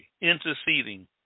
interceding